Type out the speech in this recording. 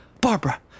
Barbara